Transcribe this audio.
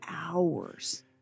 hours